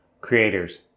creators